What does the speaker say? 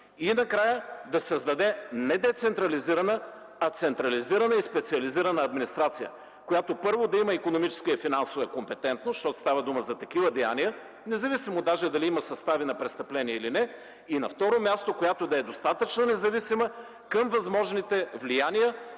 И накрая да създаде не децентрализирана, а централизирана и специализирана администрация, която, първо, да има икономическа и финансова компетентност, защото става дума за такива деяния, независимо даже дали има състави на престъпление или не, и на второ място – която да е достатъчно независима към възможните влияния